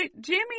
Jimmy